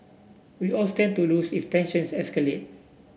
we all stand to lose if tensions escalate